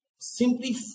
simply